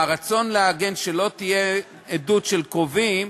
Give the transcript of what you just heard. מהרצון להגן שלא תהיה עדות של קרובים,